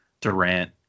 durant